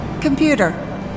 Computer